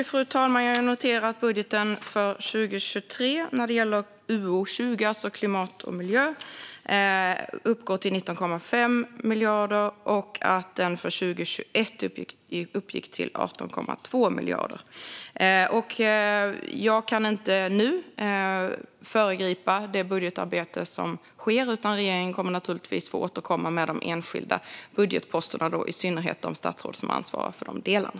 Fru talman! Jag noterar att budgeten för 2023 när det gäller utgiftsområde 20, alltså klimat och miljö, uppgår till 19,5 miljarder och att den för 2021 uppgick till 18,2 miljarder. Jag kan inte föregripa det budgetarbete som sker. Regeringen, i synnerhet de statsråd som ansvarar för de delarna, får återkomma med de enskilda budgetposterna.